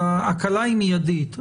אז ההקלה היא מיידית.